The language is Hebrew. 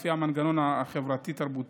לפי המנגנון החברתי-תרבותי,